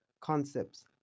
concepts